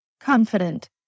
Confident